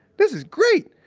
this is great!